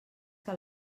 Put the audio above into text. que